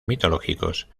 mitológicos